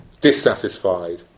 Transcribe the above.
dissatisfied